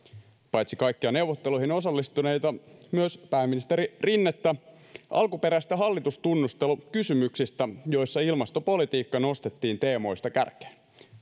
paitsi kaikkia neuvotteluihin osallistuneita myös pääministeri rinnettä alkuperäisistä hallitustunnustelukysymyksistä joissa ilmastopolitiikka nostettiin teemoista kärkeen